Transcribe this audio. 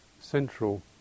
central